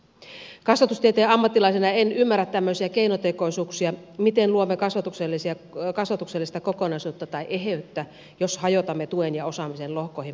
kasvatustieteen ammattilaisena en ym märrä tämmöisiä keinotekoisuuksia miten luomme kasvatuksellista kokonaisuutta tai eheyttä jos hajotamme tuen ja osaamisen lohkoihin pätevyyksien perusteella